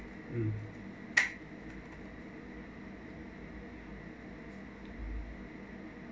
mm